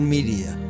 Media